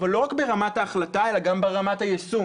אבל לא רק ברמת ההחלטה אלא גם ברמת היישום,